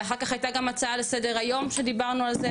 ואחר כך הייתה גם הצעה לסדר היום שדיברנו על זה,